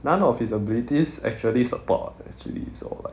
none of his abilities actually support [what] actually it's all like